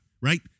right